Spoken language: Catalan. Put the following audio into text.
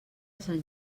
sant